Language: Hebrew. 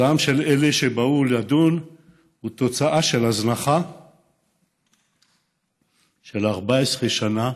הזעם של אלה שבאו לדון הוא תוצאה של הזנחה של 14 שנה